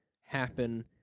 happen